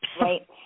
Right